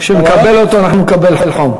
כשנקבל אותו, אנחנו נקבל חום.